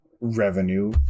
revenue